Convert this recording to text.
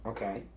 Okay